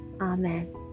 Amen